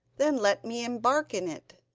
then let me embark in it.